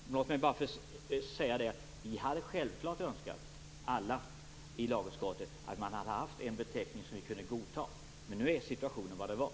Alla i lagutskottet hade självfallet önskat att vi hade haft en beteckning som vi kunde godta, men nu är situationen som den är.